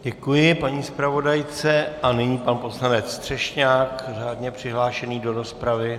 Děkuji paní zpravodajce a nyní pan poslanec Třešňák, řádně přihlášený do rozpravy.